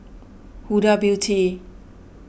Huda Beauty